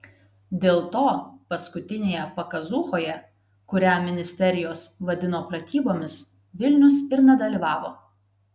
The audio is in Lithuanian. dėl to paskutinėje pakazūchoje kurią ministerijos vadino pratybomis vilnius ir nedalyvavo